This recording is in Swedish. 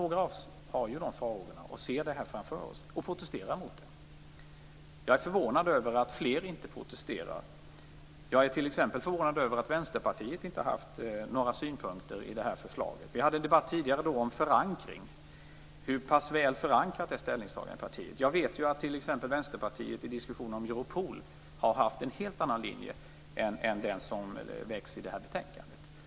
Några av oss har dessa farhågor och ser detta framför oss och protesterar. Jag är förvånad över att fler inte protesterar. Jag är t.ex. förvånad över att Vänsterpartiet inte har haft några synpunkter på det här förslaget. Vi hade tidigare en debatt om förankring. Jag vet att Vänsterpartiet i diskussionen om Europol har haft en helt annan linje än den som kommer fram i det här betänkandet.